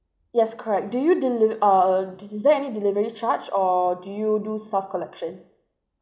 yes correct do you deli~ err do is there any delivery charge or do you do self collection